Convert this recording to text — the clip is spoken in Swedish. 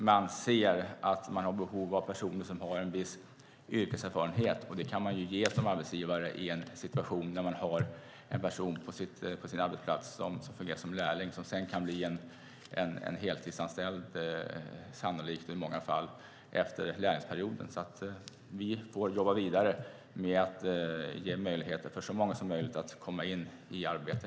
Man har behov av personer som har en viss yrkeserfarenhet. Det kan man som arbetsgivare ge genom att någon först är lärling på arbetsplatsen och sedan i många fall efter lärlingsperioden kan bli heltidsanställd. Vi får jobba vidare för att så många som möjligt ska kunna komma i arbete.